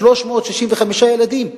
365 ילדים,